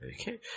Okay